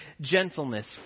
gentleness